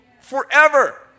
forever